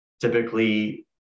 Typically